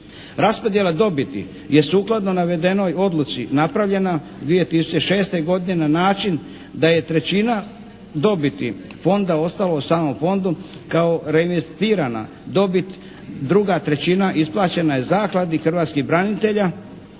Raspodjela dobiti je sukladno navedenoj odluci napravljena 2006. godine na način da je 1/3 dobiti Fonda ostalo samo Fondu kao reinvestirana dobit. Druga trećina isplaćena je Zakladi hrvatskih branitelja